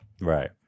right